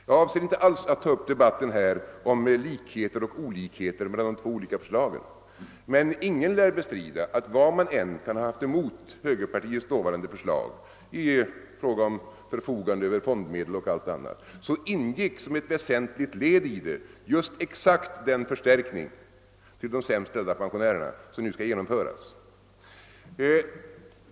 Jag avser inte alls att här ta upp någon debatt om likheter och olikheter mellan de två förslagen, men ingen lär kunna bestrida att vad man än kan ha haft emot högerpartiets dåvarande förslag i fråga om förfogandet över fondmedel 0. s. v. ingick som ett väsentligt led i förslaget exakt den förstärkning till de sämst ställda pensionärerna som nu skall genomföras.